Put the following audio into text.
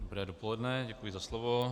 Dobré dopoledne, děkuji za slovo.